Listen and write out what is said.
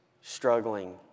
struggling